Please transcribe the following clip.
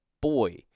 boy